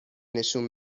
نشون